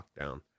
lockdown